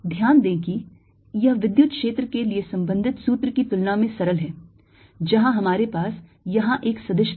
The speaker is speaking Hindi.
ध्यान दें कि यह विद्युत क्षेत्र के लिए संबंधित सूत्र की तुलना में सरल है जहाँ हमारे पास यहाँ एक सदिश था